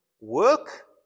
work